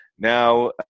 Now